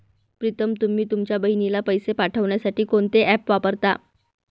प्रीतम तुम्ही तुमच्या बहिणीला पैसे पाठवण्यासाठी कोणते ऍप वापरता?